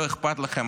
לא אכפת לכם.